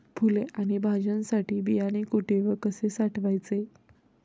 फुले आणि भाज्यांसाठी बियाणे कुठे व कसे साठवायचे?